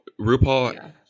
RuPaul